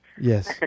Yes